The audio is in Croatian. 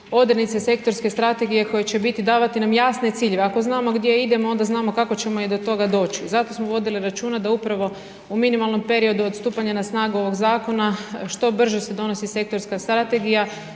odrednice sektorske strategije koje će biti, davati nam jasne ciljeve. Ako znamo gdje idemo, onda znamo kako ćemo i do toga doći, zato smo vodili računa da upravo u minimalnom periodu od stupanja na snagu ovog zakona što brže se donosi sektorska strategija